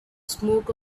smoke